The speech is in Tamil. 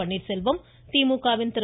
பன்னீர்செல்வம் திமுகவின் திரு